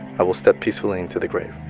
i will step peacefully into the grave